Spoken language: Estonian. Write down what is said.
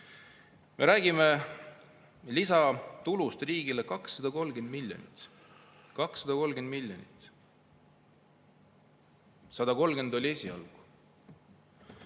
Me räägime lisatulust riigile 230 miljonit. 230 miljonit! 130 oli esialgu.